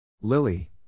Lily